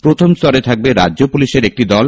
প্রথম স্তরে থাকবে রাজ্য পুলিশের একটি দল